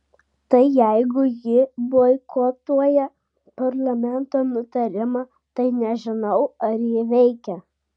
tai jeigu ji boikotuoja parlamento nutarimą tai nežinau ar ji veikia